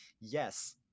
yes